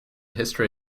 history